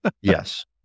Yes